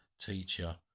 teacher